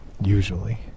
Usually